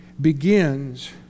begins